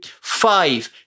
five